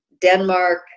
Denmark